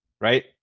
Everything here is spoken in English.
right